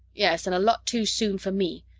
yes, and a lot too soon for me,